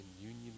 union